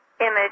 image